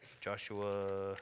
Joshua